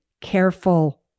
careful